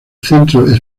centro